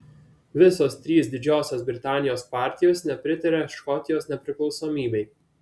visos trys didžiosios britanijos partijos nepritaria škotijos nepriklausomybei